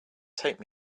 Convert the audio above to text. take